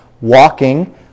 walking